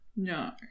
No